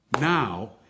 now